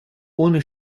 ohne